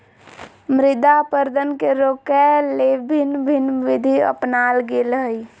मृदा अपरदन के रोकय ले भिन्न भिन्न विधि अपनाल गेल हइ